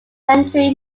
century